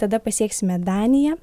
tada pasieksime daniją